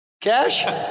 Cash